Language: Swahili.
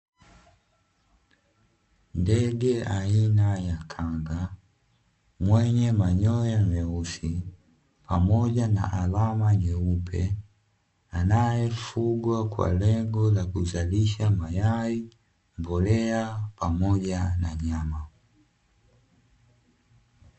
Ndege aina ya kanga, mwenye manyoya meusi pamoja na alama nyeupe, anayefugwa kwa lengo la kuzalisha mayai, mbolea pamoja na nyama.